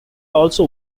also